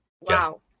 wow